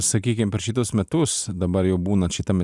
sakykim per šituos metus dabar jau būnant šitame